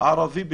ערבי בתוכה.